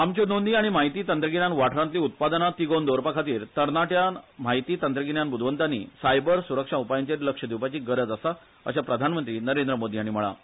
आमच्यो नोंदी आनी म्हायती तंत्रगिन्यान वाठारांतली उत्पादनां तिगोवन दवरपाखातीर तरणाट्या म्हायती तंत्रगिन्यान बुंदवंतांनी सायबर सुरक्षा उपायांचेर लक्ष दिवपाची गरज आसा अशें प्रधानमंत्री नरेंद्र मोदी हाणी म्हळा